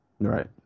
Right